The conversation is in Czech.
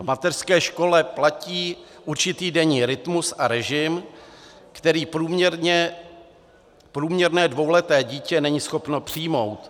V mateřské škole platí určitý denní rytmus a režim, který průměrné dvouleté dítě není schopno přijmout.